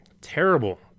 terrible